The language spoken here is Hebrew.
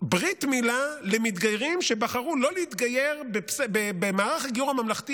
ברית מילה למתגיירים שבחרו לא להתגייר במערך הגיור הממלכתי